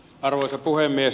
arvoisa puhemies